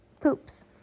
poops